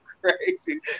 crazy